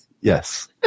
Yes